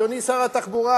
אדוני שר התחבורה,